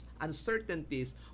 uncertainties